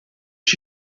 als